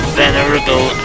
venerable